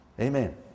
Amen